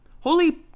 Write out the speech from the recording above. Holy